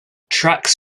tracks